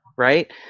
right